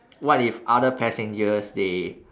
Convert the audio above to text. what if other passengers they